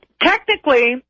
Technically